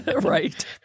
Right